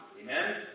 Amen